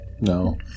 no